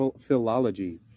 philology